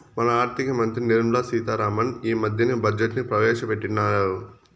మన ఆర్థిక మంత్రి నిర్మలా సీతా రామన్ ఈ మద్దెనే బడ్జెట్ ను ప్రవేశపెట్టిన్నారు